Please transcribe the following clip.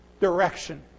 direction